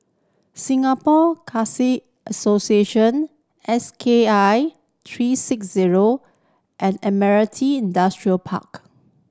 Singapore Association S K I three six zero and Admiralty Industrial Park